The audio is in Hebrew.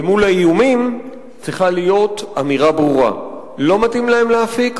ומול האיומים צריכה להיות אמירה ברורה: לא מתאים להם להפיק?